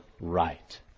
right